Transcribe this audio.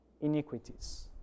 iniquities